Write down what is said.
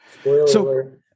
Spoiler